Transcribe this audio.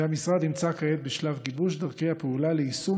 והמשרד נמצא כעת בשלב גיבוש דרכי הפעולה ליישום